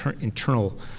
internal